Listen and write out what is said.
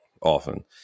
often